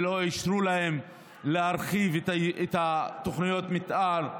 ולא אישרו להם להרחיב את תוכניות המתאר,